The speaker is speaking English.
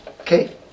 Okay